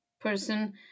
person